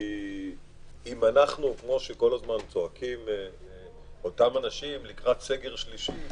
אם אנחנו כמו שצועקים אנשים לקראת סגר שלישי,